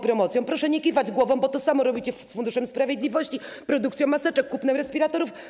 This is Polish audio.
Proszę nie kiwać głową, bo to samo robicie z Funduszem Sprawiedliwości, produkcją maseczek, kupnem respiratorów.